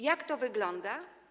Jak to wygląda?